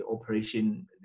operation